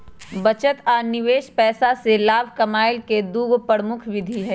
बचत आ निवेश पैसा से लाभ कमाय केँ दु प्रमुख विधि हइ